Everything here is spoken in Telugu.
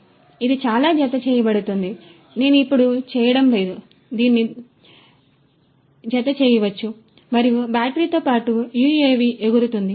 కాబట్టి ఇది ఇలా జతచేయబడుతుంది నేను ఇప్పుడు చేయడం లేదు కానీ దీన్ని దీనికి జతచేయవచ్చు మరియు బ్యాటరీతో పాటు యుఎవి ఎగురుతుంది